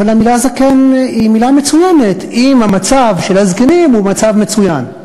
אבל המילה זקן היא מילה מצוינת אם המצב של הזקנים הוא מצב מצוין.